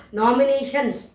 nominations